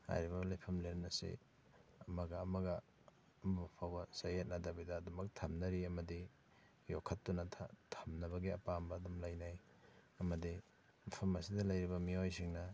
ꯍꯥꯏꯔꯤꯕ ꯂꯥꯏꯐꯝ ꯂꯦꯟ ꯑꯁꯤ ꯑꯃꯒ ꯑꯃꯒ ꯑꯃ ꯐꯥꯎꯕ ꯆꯌꯦꯠꯅꯗꯕꯤꯗ ꯑꯗꯨꯃꯛ ꯊꯝꯅꯔꯤ ꯑꯃꯗꯤ ꯌꯣꯛꯈꯠꯇꯨꯅ ꯊꯝꯅꯕꯤꯒꯤ ꯑꯄꯥꯝꯕ ꯑꯗꯨꯝ ꯂꯩꯅꯩ ꯑꯃꯗꯤ ꯃꯐꯝ ꯑꯁꯤꯗ ꯂꯩꯔꯤꯕ ꯃꯤꯑꯣꯏꯁꯤꯡꯅ